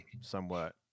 somewhat